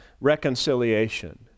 reconciliation